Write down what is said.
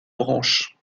branche